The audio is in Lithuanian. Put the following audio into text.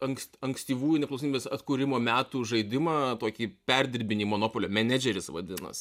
ankst ankstyvųjų nepriklausomybės atkūrimo metų žaidimą tokį perdirbinį monopolio menedžeris vadinas